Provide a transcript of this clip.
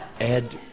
Ed